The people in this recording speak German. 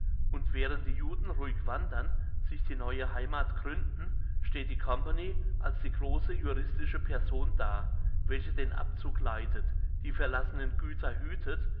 und während die juden ruhig wandern sich die neue heimat gründen steht die company als die grosse juristische person da welche den abzug leitet die verlassenen güter hütet